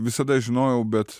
visada žinojau bet